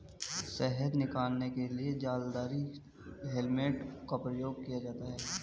शहद निकालने के लिए जालीदार हेलमेट का उपयोग किया जाता है